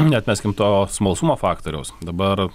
neatmeskim to smalsumo faktoriaus dabar